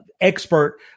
expert